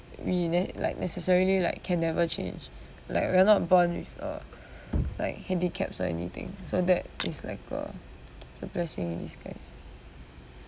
we ne~ like necessarily like can never change like we are born with a like handicaps or anything so that is like uh the blessing in disguise